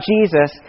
Jesus